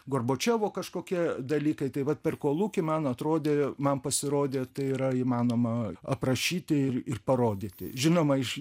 gorbačiovo kažkokie dalykai tai vat per kolūkį man atrodė man pasirodė tai yra įmanoma aprašyti ir ir parodyti žinoma iš